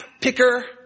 picker